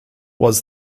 was